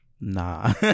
nah